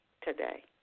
today